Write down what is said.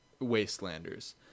wastelanders